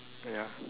ya